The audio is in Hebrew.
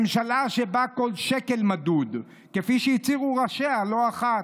ממשלה שבה כל שקל מדוד, כפי שהצהירו ראשיה לא אחת,